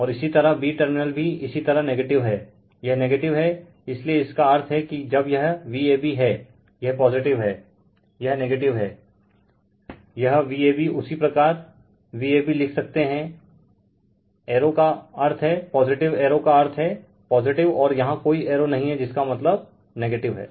और इसी तरह b टर्मिनल भी इसी तरह नेगेटिव हैं यह नेगेटिव हैंइसीलिए इसका अर्थ हैं कि जब यह Vab हैं यह पॉजिटिव हैं यह negative हैं यह Vab उसी प्रकार Vab लिख सकते हैं एरो का अर्थ हैं पॉजिटिव एरो का अर्थ हैं पॉजिटिव और यहाँ कोई एरो नही है जिसका मतलब नेगेटिव हैं